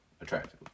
Attractive